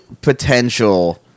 potential